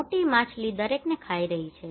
મોટી માછલી દરેકને ખાઈ રહી છે